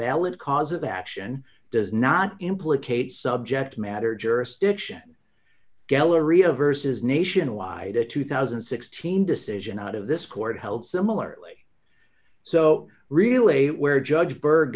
valid cause of action does not implicate subject matter jurisdiction galleria versus nationwide a two thousand and sixteen decision out of this court held similarly so really where judge